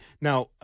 Now